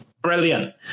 brilliant